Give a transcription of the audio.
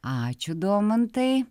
ačiū domantai